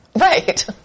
Right